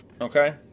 Okay